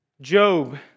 Job